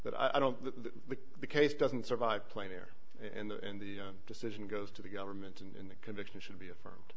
that i don't the case doesn't survive plane air and the decision goes to the government and the conviction should be affirmed